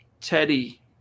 Teddy